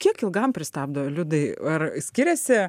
kiek ilgam pristabdo liudai ar skiriasi